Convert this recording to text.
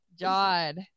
God